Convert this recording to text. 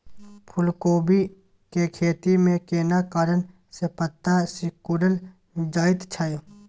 फूलकोबी के खेती में केना कारण से पत्ता सिकुरल जाईत छै?